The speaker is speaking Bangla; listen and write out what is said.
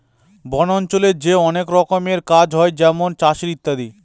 বন অঞ্চলে যে অনেক রকমের কাজ হয় যেমন চাষের ইত্যাদি